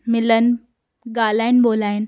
मिलनि ॻाल्हाइनि ॿोल्हाइनि